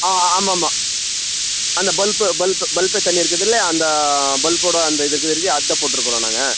ஆ ஆமாம்மா அந்த bulb bulb bulb தனியாக இருக்குதில்ல அந்த பல்போடய அந்த இது அதைத்தான் போட்டிருக்கறோம் நாங்கள்